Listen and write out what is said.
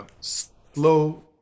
slow